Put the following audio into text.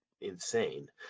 insane